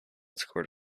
scored